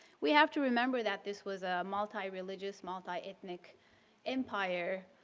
we have to remember that this was a multi-religious, multi ethnic empire.